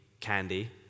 candy